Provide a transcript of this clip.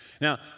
Now